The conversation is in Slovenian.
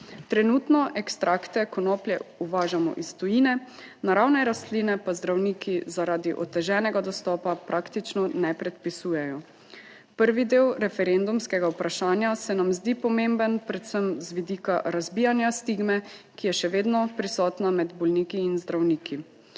Trenutno ekstrakte konoplje uvažamo iz tujine, naravne rastline pa zdravniki zaradi oteženega dostopa praktično ne predpisujejo. Prvi del referendumskega vprašanja se nam zdi pomemben predvsem z vidika razbijanja stigme, ki je še vedno prisotna med bolniki in zdravniki.